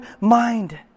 mind